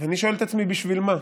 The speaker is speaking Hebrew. ואני שואל את עצמי: בשביל מה?